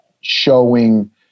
showing